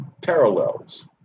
parallels